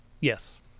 Yes